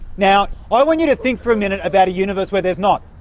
now, i want you to think for a minute about a universe where there's not,